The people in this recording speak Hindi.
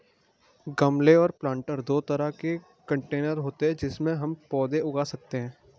गमले और प्लांटर दो तरह के कंटेनर होते है जिनमें हम पौधे उगा सकते है